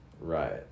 Right